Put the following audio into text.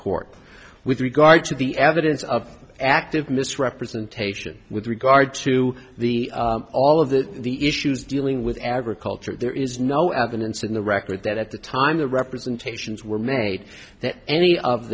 court with regard to the evidence of active misrepresentation with regard to the all of the the issues dealing with agriculture there is no evidence in the record that at the time the representations were made that any of